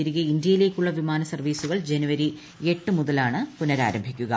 തിരികെ ഇന്ത്യയിലേക്കുളള വിമാന സർവീസുകൾ ജനുവരി എട്ട് മുതലായിരിക്കും പുനഃരാരംഭിക്കുക